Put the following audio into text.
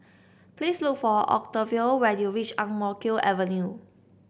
please look for Octavio when you reach Ang Mo Kio Avenue